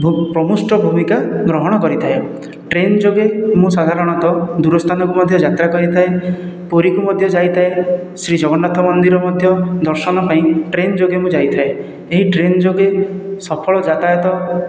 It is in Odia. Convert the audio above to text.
ପ୍ରମିଷ୍ଠ ଭୂମିକା ଗ୍ରହଣ କରିଥାଏ ଟ୍ରେନ ଯୋଗେ ମୁଁ ସାଧାରଣତଃ ଦୂରସ୍ଥାନକୁ ମଧ୍ୟ ଯାତ୍ରା କରିଥାଏ ପୁରୀକୁ ମଧ୍ୟ ଯାଇଥାଏ ଶ୍ରୀଜଗନ୍ନାଥ ମନ୍ଦିର ମଧ୍ୟ ଦର୍ଶନ ପାଇଁ ଟ୍ରେନ ଯୋଗେ ମୁଁ ଯାଇଥାଏ ଏହି ଟ୍ରେନ ଯୋଗେ ସଫଳ ଯାତାୟାତ